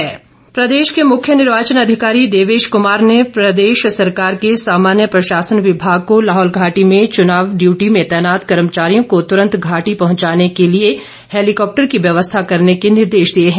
helicopter प्रदेश के मुख्य निर्वाचन अधिकारी देवेश कुमार ने प्रदेश सरकार के सामान्य प्रशासन विभाग को लाहौल घाटी में चुनावी ड्यूटी में तैनात कर्मचारियों को तुरंत घाटी पहुंचाने के लिए हैलीकॉप्टर की व्यवस्था करने के निर्देश दिए हैं